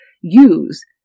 use